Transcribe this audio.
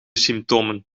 symptomen